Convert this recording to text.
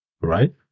right